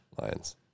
Lions